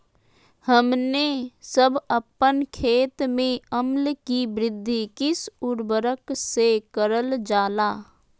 हमने सब अपन खेत में अम्ल कि वृद्धि किस उर्वरक से करलजाला?